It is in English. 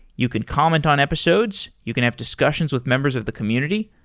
you can comment on episodes, you can have discussions with members of the community.